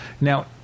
Now